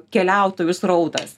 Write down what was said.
keliautojų srautas